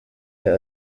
let